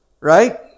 right